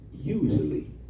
usually